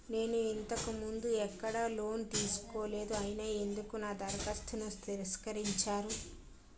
నేను ఇంతకు ముందు ఎక్కడ లోన్ తీసుకోలేదు అయినా ఎందుకు నా దరఖాస్తును తిరస్కరించారు?